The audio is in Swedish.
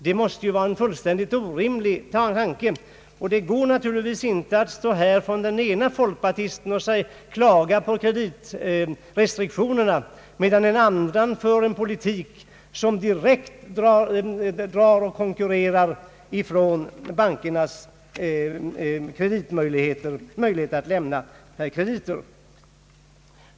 Det måste vara en fullständigt orimlig tanke. En folkpartist kan naturligtvis inte stå här och klaga på kreditrestriktionerna, medan en annan för en politik som direkt konkurrerar med bankernas möjligheter att lämna krediter.